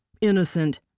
innocent